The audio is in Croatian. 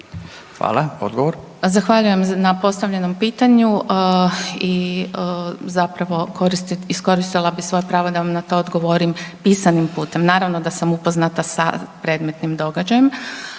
Helenca** Zahvaljujem na postavljenom pitanju i zapravo, iskoristila bih svoje pravo da vam na to odgovorim pisanim putem. Naravno da sam upoznata sa predmetnim događajem,